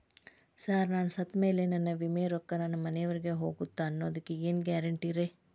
Sir ನಾನು ಸತ್ತಮೇಲೆ ನನ್ನ ವಿಮೆ ರೊಕ್ಕಾ ನನ್ನ ಮನೆಯವರಿಗಿ ಹೋಗುತ್ತಾ ಅನ್ನೊದಕ್ಕೆ ಏನ್ ಗ್ಯಾರಂಟಿ ರೇ?